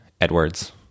Edwards